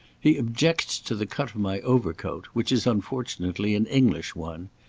he objects to the cut of my overcoat which is unfortunately an english one.